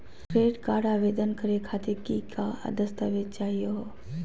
Credit card आवेदन करे खातीर कि क दस्तावेज चाहीयो हो?